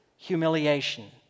Humiliation